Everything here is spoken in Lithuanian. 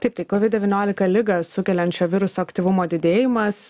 taip tai kovid devyniolika ligą sukeliančio viruso aktyvumo didėjimas